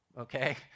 okay